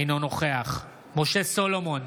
אינו נוכח משה סולומון,